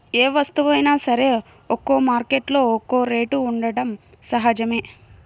ఏ వస్తువైనా సరే ఒక్కో మార్కెట్టులో ఒక్కో రేటు ఉండటం సహజమే